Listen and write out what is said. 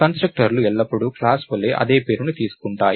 కన్స్ట్రక్టర్లు ఎల్లప్పుడూ క్లాస్ వలె అదే పేరును తీసుకుంటాయి